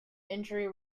injury